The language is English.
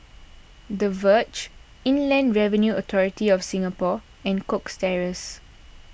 the Verge Inland Revenue Authority of Singapore and Cox Terrace